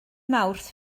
mawrth